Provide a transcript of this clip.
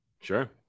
sure